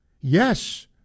yes